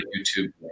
YouTube